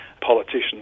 politicians